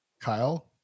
Kyle